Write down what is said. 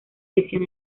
lesión